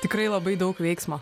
tikrai labai daug veiksmo